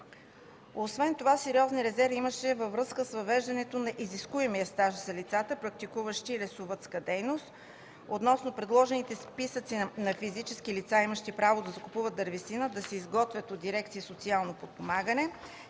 Освен това сериозни резерви имаше във връзка с въвеждането на изискуем стаж за лицата, практикуващи лесовъдска дейност, относно предложението списъците на физическите лица, имащи право да закупуват дървесина, да се изготвя от дирекциите “Социално подпомагане”